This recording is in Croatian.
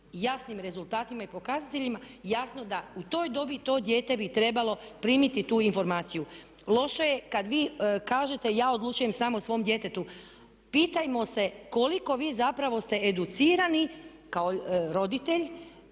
jasnim rezultatima i pokazateljima jasno da u toj dobi to dijete bi trebalo primiti tu informaciju. Loše je kad vi kažete ja odlučujem sam o svom djetetu. Pitajmo se koliko vi zapravo ste educirani kao roditelj